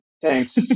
thanks